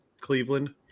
Cleveland